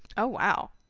oh wow.